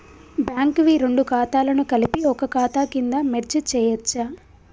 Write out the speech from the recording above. Bank వి రెండు ఖాతాలను కలిపి ఒక ఖాతా కింద మెర్జ్ చేయచ్చా?